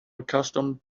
accustomed